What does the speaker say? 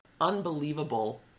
unbelievable